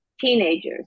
teenagers